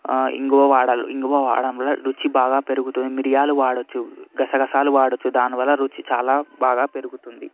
ఇంగువ వాడాలి ఇంగువ వాడడం వల్ల రుచి బాగా పెరుగుతుంది మిరియాలు వాడొచ్చు గసగసాలు వాడొచ్చు దానివలన రుచి చాలా బాగా పెరుగుతుంది